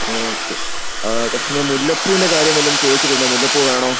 okay പക്ഷേ നിങ്ങൾ മുല്ലപ്പൂവിൻ്റെ കാര്യം വല്ലതും ചോദിച്ചിട്ടുണ്ടോ മുല്ലപ്പൂ വേണോ